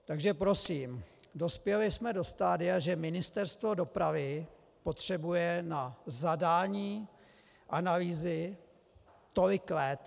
Takže prosím, dospěli jsme do stadia, že Ministerstvo dopravy potřebuje na zadání analýzy tolik let.